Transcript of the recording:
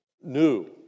new